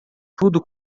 tudo